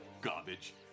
garbage